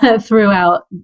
throughout